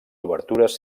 obertures